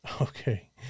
Okay